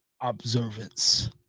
observance